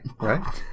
right